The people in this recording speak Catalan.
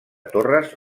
torres